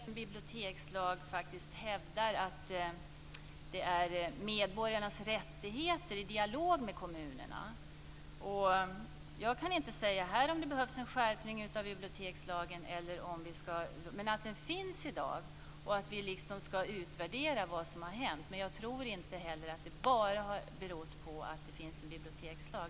Fru talman! Jag menar också att vi med en bibliotekslag faktiskt hävdar medborgarnas rättigheter i dialog med kommunerna. Jag kan inte säga här om det behövs en skärpning av bibliotekslagen. Men den finns i dag, och vi ska utvärdera vad som har hänt. Jag tror inte heller att det som vi båda befarar bara beror på att det finns en bibliotekslag.